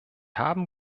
haben